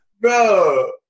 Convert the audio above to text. Bro